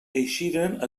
eixiren